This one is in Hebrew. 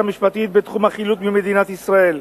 משפטית בתחום החילוט ממדינת ישראל,